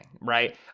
right